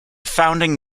founding